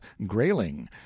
grailing